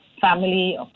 family